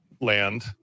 Land